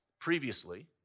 previously